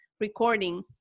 recording